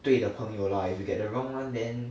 对的朋友 lah if you get the wrong [one] then